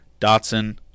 Dotson